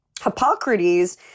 Hippocrates